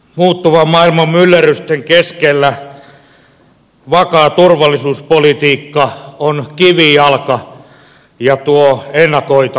muuttuvan maailman myllerrysten keskellä vakaa turvallisuuspolitiikka on kivijalka ja tuo ennakoitavuutta